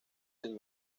del